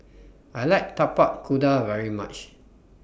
I like Tapak Kuda very much